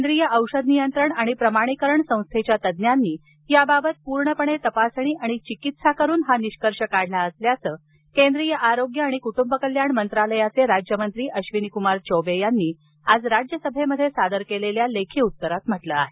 केंद्रीय औषध नियंत्रण आणि प्रमाणीकरण संस्थेच्या तज्ज्ञांनी याबाबत पूर्णपणे तपासणी आणि चिकित्सा करून हा निष्कर्ष काढला असल्याचं केंद्रीय आरोग्य आणि कुटुंब कल्याण मंत्रालयाचे राज्यमंत्री अश्विनीकुमार चौबे यांनी आज राज्यसभेत सादर केलेल्या लेखी उत्तरात म्हटलं आहे